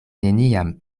neniam